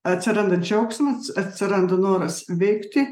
atsiranda džiaugsmas atsiranda noras veikti